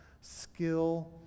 skill